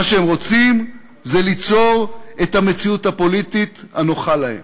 מה שהם רוצים זה ליצור את המציאות הפוליטית הנוחה להם.